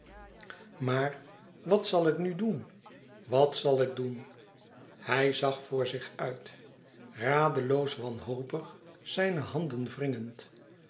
maar wat zal ik nu doen wat zal ik doen hij zag voor zich uit radeloos wanhopig zijne handen wringend